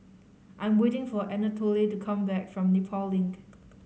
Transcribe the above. I am waiting for Anatole to come back from Nepal Link